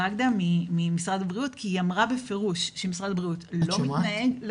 לרגדה ממשרד הבריאות כי היא אמרה בפירוש שמשרד הבריאות לא מתנגד.